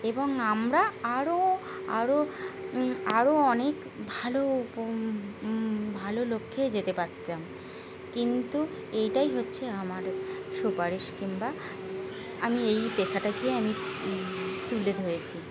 এবং আমরা আরও আরও আরও অনেক ভালো ভালো লক্ষ্যে যেতে পারতাম কিন্তু এইটাই হচ্ছে আমার সুপারিশ কিংবা আমি এই পেশাটাকে আমি তুলে ধরেছি